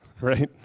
right